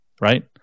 Right